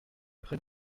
près